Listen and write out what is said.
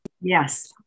Yes